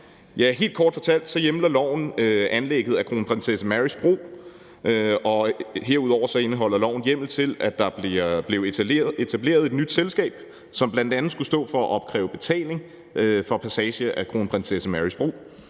helt kort fortalt hjemler loven anlægget af Kronprinsesse Marys Bro, og herudover indeholder loven hjemmel til, at der blev etableret et nyt selskab, som bl.a. skulle stå for at opkræve betaling for passage af Kronprinsesse Marys Bro